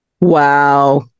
Wow